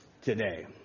today